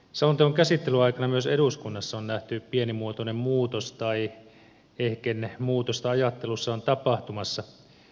selonteon käsittelyn aikana myös eduskunnassa on nähty pienimuotoinen muutos tai ehkä muutosta ajattelussa on tapahtumassa